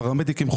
פרמדיקים,